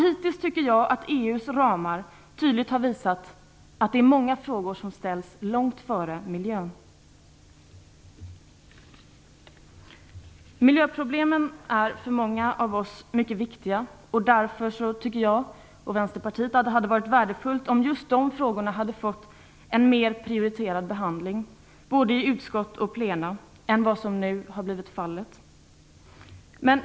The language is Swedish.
Jag tycker att EU:s ramar hittills tydligt har visat att det är många frågor som ställs långt före miljön. Miljöproblemen är för många av oss mycket viktiga. Därför tycker jag och Vänsterpartiet att det hade varit värdefullt om just de frågorna fått en mer prioriterad behandling, både i utskott och plenum, än vad som nu har blivit fallet.